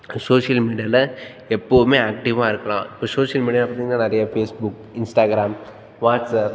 social மீடியாவில் எப்பவுமே ஆக்டிவ்வாக இருக்கலாம் இப்போ சோஷியல் மீடியான்னு பார்த்தீங்கன்னா நெறைய பேஸ் புக் இன்ஸ்டாகிராம் வாட்ஸ்அப்